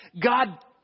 God